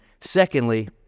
Secondly